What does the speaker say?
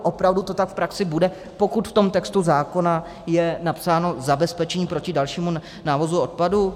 Opravdu to tak v praxi bude, pokud v tom textu zákona je napsáno: zabezpečení proti dalšímu návozu odpadu?